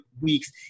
weeks